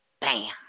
Bam